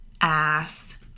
ass